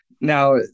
Now